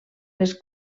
les